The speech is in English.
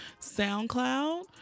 SoundCloud